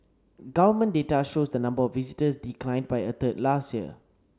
government data shows the number of visitors declined by a third last year